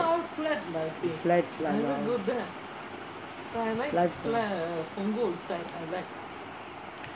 flats lah